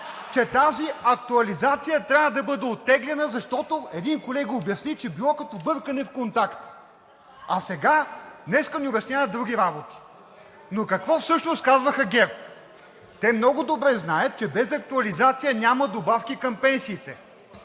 че тази актуализация трябва да бъде оттеглена, защото един колега обясни, че било като бъркане в контакт, а днес ни обясняват други работи. Но какво всъщност казваха ГЕРБ? Те много добре знаят, че без актуализация няма добавки към пенсиите.